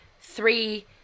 three